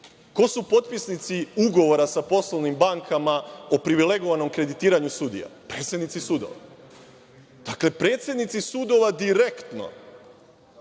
Ko su potpisnici ugovora sa poslovnim bankama u privilegovanom kreditiranju sudija? Predsednici sudova. Dakle, predsednici sudova direktno